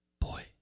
Boy